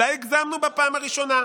אולי הגזמנו בפעם הראשונה,